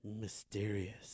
Mysterious